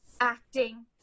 Acting